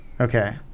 Okay